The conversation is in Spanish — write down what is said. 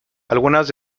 algunas